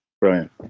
brilliant